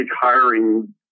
hiring